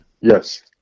Yes